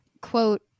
Quote